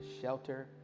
shelter